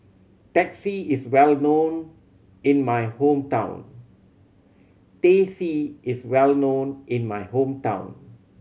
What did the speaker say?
Teh C is well known in my hometown Teh C is well known in my hometown